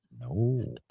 No